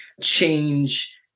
change